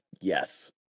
Yes